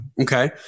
okay